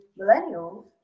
millennials